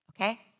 Okay